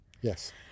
yes